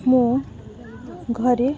ମୁଁ ଘରେ